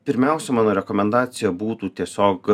pirmiausia mano rekomendacija būtų tiesiog